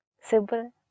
Simple